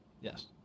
Yes